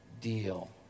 deal